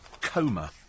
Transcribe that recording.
coma